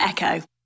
Echo